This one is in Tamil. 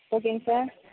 ஓகேங்க சார்